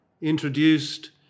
introduced